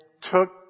took